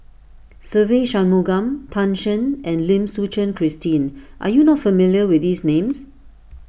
Se Ve Shanmugam Tan Shen and Lim Suchen Christine are you not familiar with these names